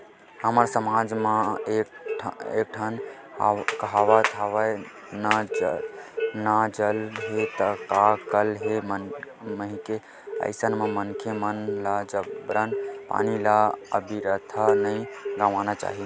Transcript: हमर समाज म एक ठन कहावत हवय ना जल हे ता कल हे कहिके अइसन म मनखे मन ल जबरन पानी ल अबिरथा नइ गवाना चाही